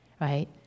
right